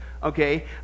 okay